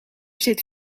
zit